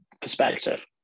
perspective